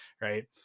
Right